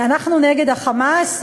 אנחנו נגד ה"חמאס",